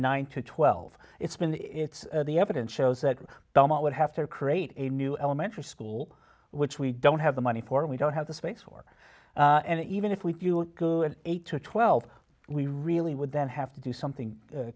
nine to twelve it's been it's the evidence shows that the most would have to create a new elementary school which we don't have the money for we don't have the space for and even if we do with eight to twelve we really would then have to do something